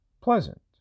Pleasant